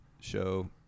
show